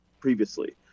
previously